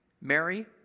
Mary